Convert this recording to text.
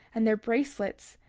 and their bracelets,